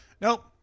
Nope